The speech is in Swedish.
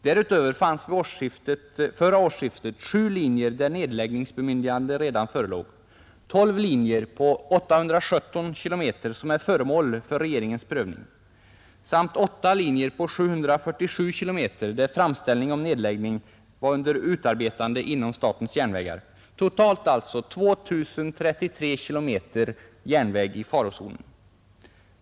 Därutöver fanns vid förra årsskiftet sju linjer på 414 km där nedläggningsbemyndiganden redan förelåg, tolv linjer på 817 km som var föremål för regeringens prövning samt åtta linjer på 747 km, där framställning om nedläggning var under utarbetande inom statens järnvägar, totalt alltså 2 033 km järnväg i farozonen.